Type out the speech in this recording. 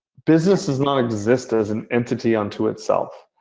business does not exist as and entity unto itself.